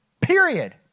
period